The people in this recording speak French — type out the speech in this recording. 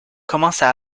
commencent